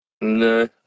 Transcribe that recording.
No